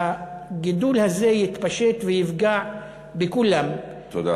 והגידול הזה יתפשט ויפגע בכולם, תודה.